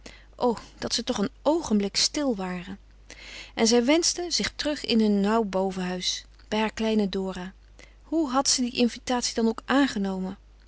o dat ze toch een oogenblik stil ware en zij wenschte zich terug in hun nauw bovenhuis bij haar kleine dora hoe had ze die invitatie dan ook aangenomen